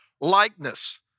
likeness